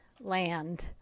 land